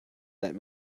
that